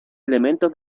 elementos